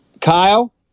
Kyle